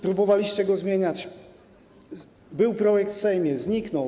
Próbowaliście go zmieniać, był projekt w Sejmie i zniknął.